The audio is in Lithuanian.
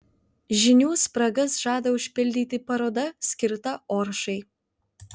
žinių spragas žada užpildyti paroda skirta oršai